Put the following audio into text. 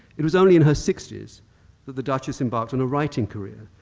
it was only in her sixty s that the duchess embarked on a writing career,